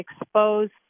exposed